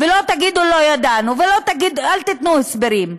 ולא תגידו לא ידענו, ואל תיתנו הסברים,